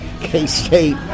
K-State